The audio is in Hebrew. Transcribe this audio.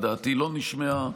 ודעתי לא נשמעה.